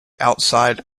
outside